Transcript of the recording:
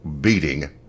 beating